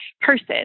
person